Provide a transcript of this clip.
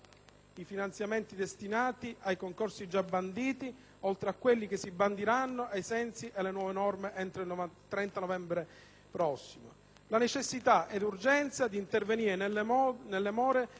i finanziamenti destinati ai concorsi già banditi, oltre quelli che si bandiranno, ai sensi delle nuove nonne, entro il 30 novembre, nonché la necessità ed urgenza di intervenire - nelle more